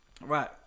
Right